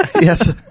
yes